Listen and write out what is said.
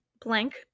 blank